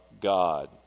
God